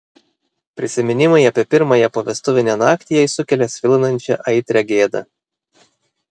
prisiminimai apie pirmąją povestuvinę naktį jai sukelia svilinančią aitrią gėdą